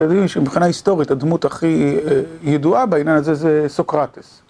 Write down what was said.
אתם יודעים שמבחינה היסטורית הדמות הכי ידועה בעניין הזה זה סוקרטס.